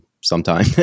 sometime